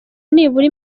nibura